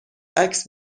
عکس